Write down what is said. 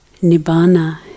Nibbana